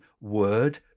word